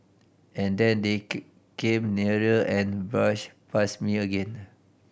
and then they came nearer and brush past me again